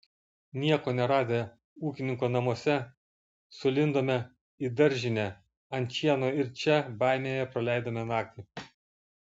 nieko neradę ūkininko namuose sulindome į daržinę ant šieno ir čia baimėje praleidome naktį